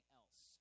else